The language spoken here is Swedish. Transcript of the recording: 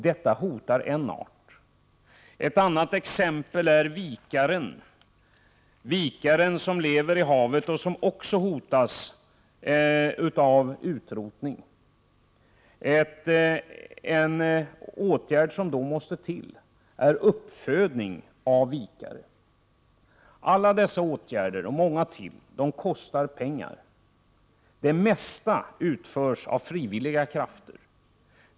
Detta är vad som hotar en art. Ett annat exempel är vikaren som lever i havet och som också hotas av utrotning. En åtgärd som måste till är uppfödning av vikare. Alla dessa åtgärder och många fler kostar pengar. Det mesta arbetet utförs av frivilliga krafter.